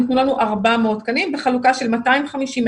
ניתנו לנו 400 תקנים בחלוקה של 250,